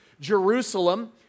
Jerusalem